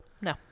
No